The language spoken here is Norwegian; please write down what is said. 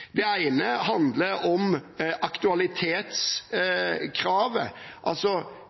Det ene handler om aktualitetskravet.